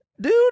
Dude